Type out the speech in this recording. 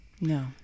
No